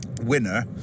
winner